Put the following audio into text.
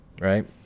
Right